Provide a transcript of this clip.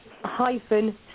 hyphen